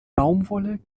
baumwolle